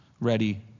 ready